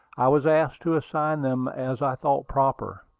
i was asked to assign them as i thought proper,